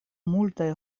multaj